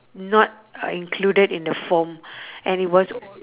not uh included in the form and it was